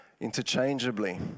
interchangeably